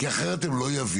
כי אחרת הם לא יבינו.